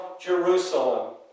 Jerusalem